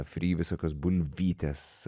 fri visokios bulvytės